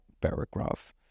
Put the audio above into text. paragraph